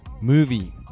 movie